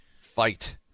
Fight